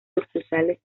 sucursales